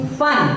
fun